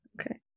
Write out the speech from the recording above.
Okay